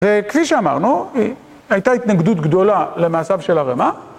כפי שאמרנו, הייתה התנגדות גדולה למעשיו של הרמ"א.